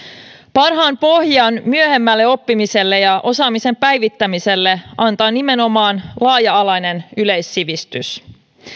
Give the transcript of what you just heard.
parhaan pohjan myöhemmälle oppimiselle ja osaamisen päivittämiselle antaa nimenomaan laaja alainen yleissivistys